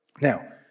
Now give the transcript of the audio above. Now